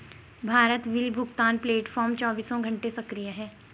Bharat bill भुगतान platform चौबीसों घंटे सक्रिय है